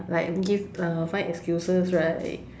like give uh find excuses right